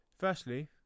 Firstly